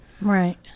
Right